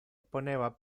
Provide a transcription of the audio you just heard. poneva